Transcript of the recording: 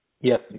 Yes